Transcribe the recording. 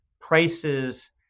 prices